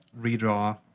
redraw